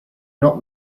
not